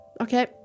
Okay